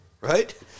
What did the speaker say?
Right